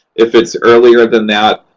if it's earlier than that,